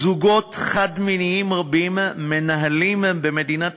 זוגות חד-מיניים רבים מנהלים במדינת